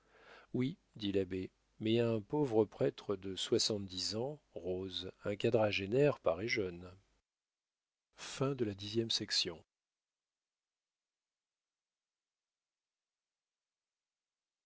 oui dit l'abbé mais à un pauvre prêtre de soixante-dix ans rose un quadragénaire paraît jeune